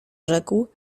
rzekł